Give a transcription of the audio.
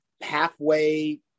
halfway